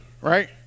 right